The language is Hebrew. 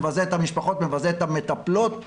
מבזה את המשפחות ומבזה את המטפלות.